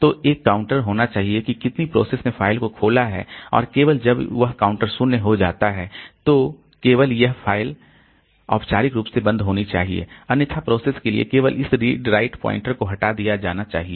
तो एक काउंटर होना चाहिए कि कितनी प्रोसेस ने फ़ाइल को खोला है और केवल जब वह काउंटर शून्य हो जाता है तो केवल यह फ़ाइल औपचारिक रूप से बंद होनी चाहिए अन्यथा प्रोसेस के लिए केवल इस रीड राइट पॉइंटर को हटा दिया जाना चाहिए